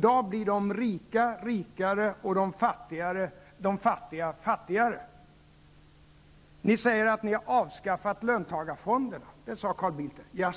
De rika blir rikare och de fattiga blir fattigare i dag. Ni säger att ni har avskaffat löntagarfonderna. Det sade Carl Bildt här.